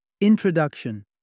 Introduction